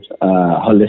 holistic